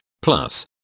Plus